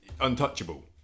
untouchable